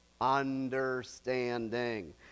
understanding